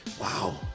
Wow